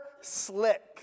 slick